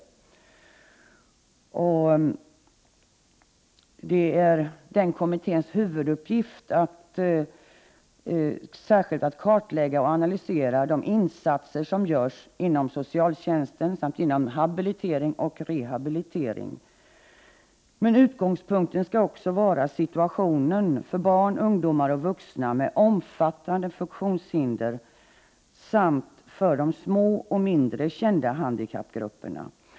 Det är den kommitténs huvuduppgift att särskilt kartlägga och analysera de insatser som görs inom socialtjänsten samt för habilitering och rehabilitering. Utgångspunkten skall också vara situationen för barn, ungdomar och vuxna med omfattande funktionshinder samt situationen för de små och mindre kända handikappgrupperna.